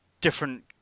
different